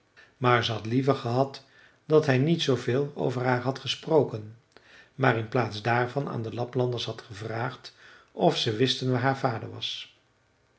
maar zij had liever gehad dat hij niet zooveel over haar had gesproken maar in plaats daarvan aan de laplanders had gevraagd of ze wisten waar haar vader was